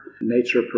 Nature